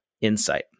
Insight